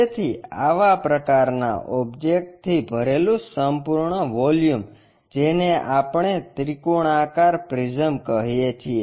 તેથી આવા પ્રકારનાં ઓબ્જેક્ટ થી ભરેલું સંપૂર્ણ વોલ્યુમ જેને આપણે ત્રિકોણાકાર પ્રિઝમ કહીએ છીએ